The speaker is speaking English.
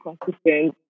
consistent